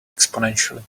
exponentially